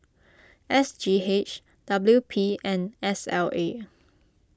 S G H W P and S L A